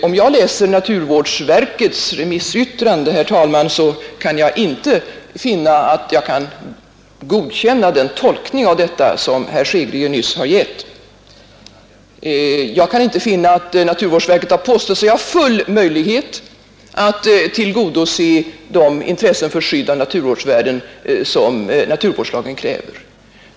Om jag läser naturvårdsverkets remissyttrande, herr talman, kan jag inte finna att jag kan godkänna den tolkning av detta remissyttrande som herr Hansson i Skegrie nyss har givit. Jag kan inte se att naturvårdsverket har påstått sig ha full möjlighet att tillgodose de intressen för skydd av naturvårdsvärden som naturvårdslagen kräver.